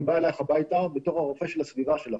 אני בא אלייך הביתה בתור הרופא של הסביבה שלך,